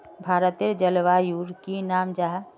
भारतेर जलवायुर की नाम जाहा?